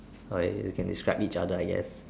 alright you can describe each other I guess